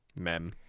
Mem